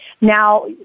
Now